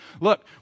Look